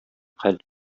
хәл